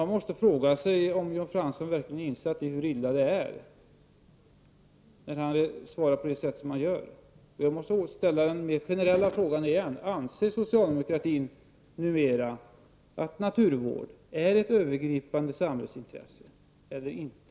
Man måste fråga sig om Jan Fransson verkligen inser hur illa det är ställt när han svarar på det sätt som han gör. Jag måste därför på nytt ställa den generella frågan: Anser socialdemokratin numera att naturvård är ett övergripande samhällsintresse eller inte?